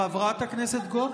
חברת הכנסת גוטליב.